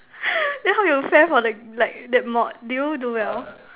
then how you fare for the like that mod did you do well